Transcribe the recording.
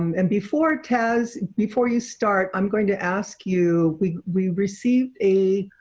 um and before taz, before you start, i'm going to ask you. we we received a